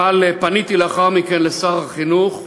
אבל פניתי לאחר מכן לשר החינוך,